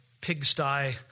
pigsty